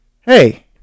Hey